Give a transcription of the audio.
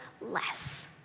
less